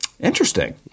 Interesting